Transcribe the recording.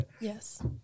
Yes